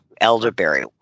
elderberry